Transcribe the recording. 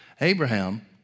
Abraham